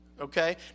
Okay